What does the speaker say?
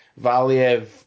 Valiev